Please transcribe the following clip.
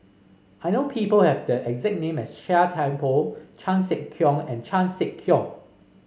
I know people have the exact name as Chia Thye Poh Chan Sek Keong and Chan Sek Keong